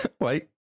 wait